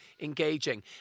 engaging